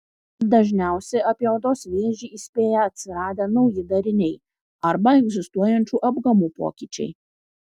dažniausi apie odos vėžį įspėja atsiradę nauji dariniai arba egzistuojančių apgamų pokyčiai